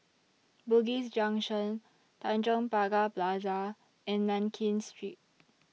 Bugis Junction Tanjong Pagar Plaza and Nankin Street